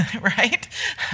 right